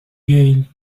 gale